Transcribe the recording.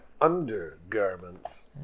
undergarments